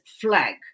flag